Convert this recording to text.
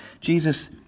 Jesus